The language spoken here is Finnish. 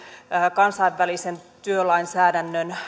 kansainvälisen työlainsäädännön